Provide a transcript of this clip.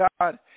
God